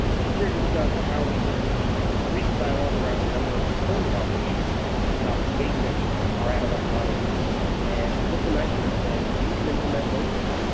she's here to discuss how we can, again, increase dialog around a number of important health issues and topics facing our adolescent audience and successful measures that you can implement locally.